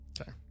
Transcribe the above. Okay